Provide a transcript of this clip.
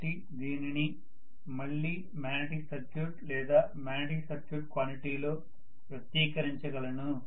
కాబట్టి దీనిని మళ్ళీ మాగ్నెటిక్ సర్క్యూట్ లేదా మాగ్నెటిక్ సర్క్యూట్ క్వాంటిటీ లో వ్యక్తీకరించగలను